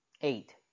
eight